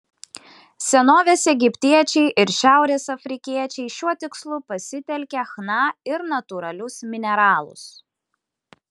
senovės egiptiečiai ir šiaurės afrikiečiai šiuo tikslu pasitelkė chna ir natūralius mineralus